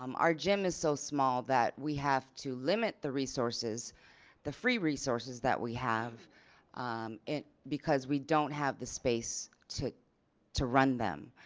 um our gym is so small that we have to limit the resources the free resources that we have because we don't have the space to to run them.